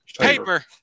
Paper